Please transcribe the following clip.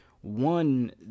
one